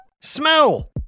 smell